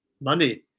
money